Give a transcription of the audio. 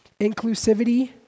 inclusivity